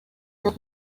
that